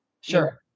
Sure